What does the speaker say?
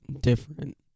different